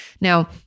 now